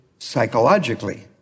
psychologically